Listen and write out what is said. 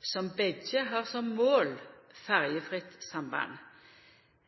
som begge har ferjefritt samband som mål.